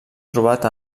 trobat